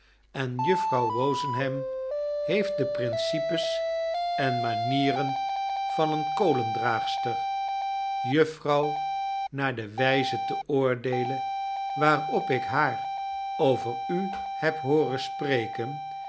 en juffrouw wozenham heeft de principes en manieren van eenekolendraagster juffrouw naar de wyze te oordeelen waarop ik haar over u heb hooren spreken